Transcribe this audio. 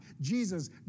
Jesus